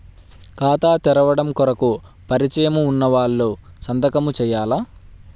ఖాతా తెరవడం కొరకు పరిచయము వున్నవాళ్లు సంతకము చేయాలా?